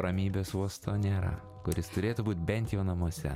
ramybės uosto nėra kuris turėtų būt bent jau namuose